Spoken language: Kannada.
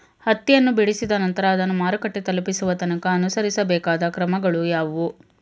ಹತ್ತಿಯನ್ನು ಬಿಡಿಸಿದ ನಂತರ ಅದನ್ನು ಮಾರುಕಟ್ಟೆ ತಲುಪಿಸುವ ತನಕ ಅನುಸರಿಸಬೇಕಾದ ಕ್ರಮಗಳು ಯಾವುವು?